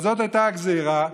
אבל זאת הייתה הגזרה,